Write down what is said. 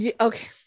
Okay